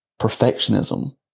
perfectionism